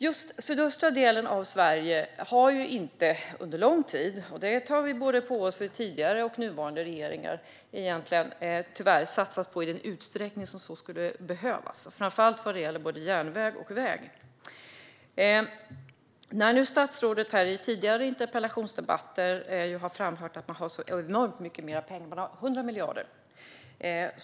Just den sydöstra delen av Sverige har under lång tid inte satsats på i den utsträckning som skulle behövas, framför allt vad gäller järnväg och väg. Detta får både tidigare och nuvarande regering får ta på sig. Statsrådet har i tidigare interpellationsdebatter framfört att man har så enormt mycket mer pengar - 100 miljarder!